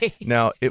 Now